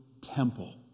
temple